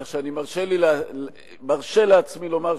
כך שאני מרשה לעצמי לומר,